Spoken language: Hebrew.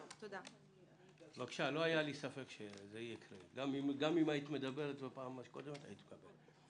גם אם היית מדברת בפעם הקודמת, היית מקבלת.